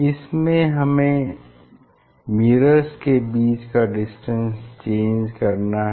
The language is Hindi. इसमें हमें मिरर्स के बीच का डिस्टेंस चेंज करना है